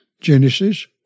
Genesis